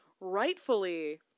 rightfully